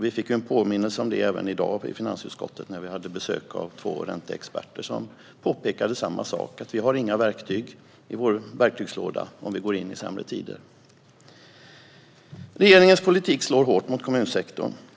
Vi fick en påminnelse om detta i finansutskottet i dag, när vi hade besök av två ränteexperter som påpekade samma sak: Vi har inga verktyg i vår verktygslåda om vi går in i sämre tider. Regeringens politik slår hårt mot kommunsektorn.